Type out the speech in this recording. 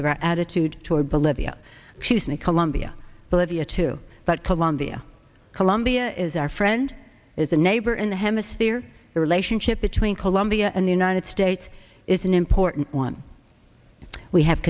of our attitude toward bolivia shoesmith colombia bolivia too but colombia colombia is our friend is a neighbor in the hemisphere the relationship between colombia and the united states is an important one we have